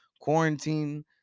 quarantine